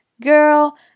Girl